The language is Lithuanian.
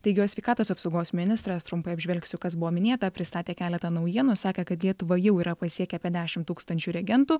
taigi o sveikatos apsaugos ministras trumpai apžvelgsiu kas buvo minėta pristatė keletą naujienų sakė kad lietuvą jau yra pasiekę apie dešimt tūkstančių reagentų